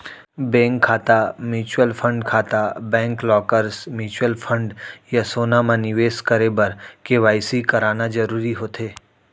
bank खाता, mutual fund खाता, bank lockers, mutual fund या सोना म निवेस करे बर के.वाई.सी कराना जरूरी होथे